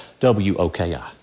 WOKI